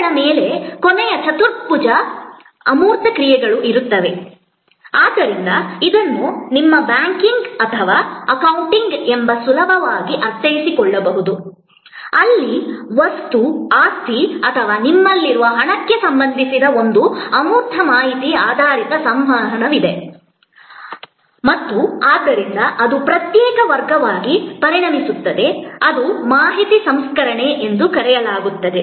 ಸ್ಥಾನಗಳ ಮೇಲೆ ಕೊನೆಯ ಚತುರ್ಭುಜ ಅಮೂರ್ತ ಕ್ರಿಯೆಗಳು ಇರುತ್ತವೆ ಆದ್ದರಿಂದ ಇದನ್ನು ನಿಮ್ಮ ಬ್ಯಾಂಕಿಂಗ್ ಅಥವಾ ಅಕೌಂಟಿಂಗ್ ಎಂದು ಸುಲಭವಾಗಿ ಅರ್ಥೈಸಿಕೊಳ್ಳಬಹುದು ಅಲ್ಲಿ ವಸ್ತು ಆಸ್ತಿ ಅಥವಾ ನಿಮ್ಮಲ್ಲಿರುವ ಹಣಕ್ಕೆ ಸಂಬಂಧಿಸಿದ ಒಂದು ಅಮೂರ್ತ ಮಾಹಿತಿ ಆಧಾರಿತ ಸಂವಹನವಿದೆ ಮತ್ತು ಆದ್ದರಿಂದ ಅದು ಪ್ರತ್ಯೇಕ ವರ್ಗವಾಗಿ ಪರಿಣಮಿಸುತ್ತದೆ ಅದನ್ನು ಮಾಹಿತಿ ಸಂಸ್ಕರಣೆ ಎಂದು ಕರೆಯಲಾಗುತ್ತದೆ